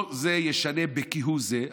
זה לא ישנה כהוא זה,